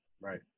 Right